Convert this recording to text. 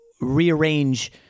rearrange